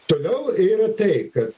toliau yra tai kad